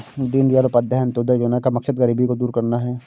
दीनदयाल उपाध्याय अंत्योदय योजना का मकसद गरीबी को दूर करना है